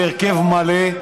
כמעט בהרכב מלא.